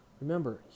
Remember